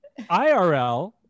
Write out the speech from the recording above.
IRL